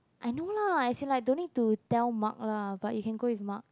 I know lah as in like don't need to tell Mark lah but you can go with Mark